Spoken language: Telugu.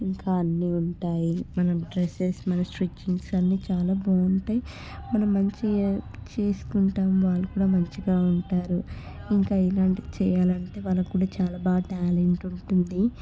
ఇంకా అన్ని ఉంటాయి మన డ్రెస్సెస్ మన స్టిచ్చింగ్స్ అన్ని చాలా బాగుంటాయి మనం మంచిగా చేసుకుంటాము వాళ్ళు కూడా మంచిగా ఉంటారు ఇంకా ఏంటంటే చేయాలంటే వాళ్ళు కూడా చాలా బాగా టాలెంట్ ఉంటుంది